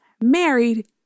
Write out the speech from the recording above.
married